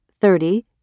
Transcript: thirty